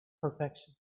Perfection